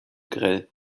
grell